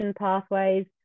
pathways